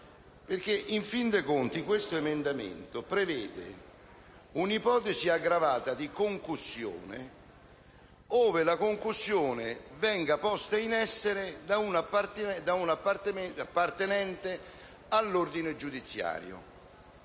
in fin dei conti esso prevede un'ipotesi aggravata di concussione, ove la concussione venga posta in essere da un appartenente all'ordine giudiziario.